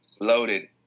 loaded